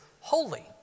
holy